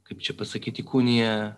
kaip čia pasakyt įkūnija